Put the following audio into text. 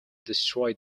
destroy